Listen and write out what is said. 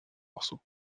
morceaux